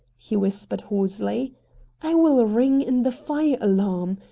he whispered hoarsely i will ring in the fire-alarm!